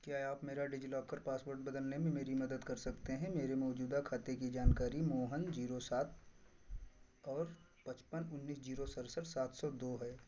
क्या आप मेरा डिजिलॉकर पासवर्ड बदलने में मेरी मदद कर सकते हैं मेरे मौजूदा खाते की जानकारी मोहन जीरो सात और पचपन उन्नीस जीरो सड़सठ सात सौ दो है